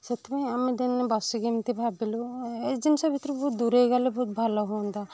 ସେଥିପାଇଁ ଆମେ ଦିନେ ବସିକି ଏମିତି ଭାବିଲୁ ଏ ଜିନିଷ ଭିତରୁ ବହୁତ ଦୂରେଇ ଗଲେ ବହୁତ ଭଲ ହୁଆନ୍ତା